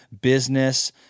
business